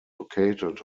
located